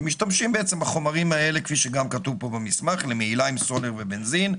שמשתמשים בעצם בחומרים האלה למהילה עם סולר ובנזין,